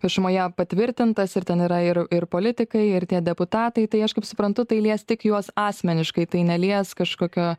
viešumoje patvirtintas ir ten yra ir ir politikai ir tie deputatai tai aš kaip suprantu tai lies tik juos asmeniškai tai nelies kažkokio